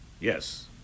Yes